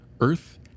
Earth